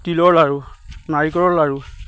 তিলৰ লাড়ু নাৰিকলৰ লাড়ু